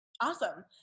Awesome